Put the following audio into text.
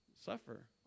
suffer